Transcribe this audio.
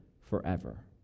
forever